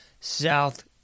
South